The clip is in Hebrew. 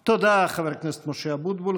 תודה, חבר הכנסת משה אבוטבול.